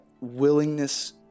willingness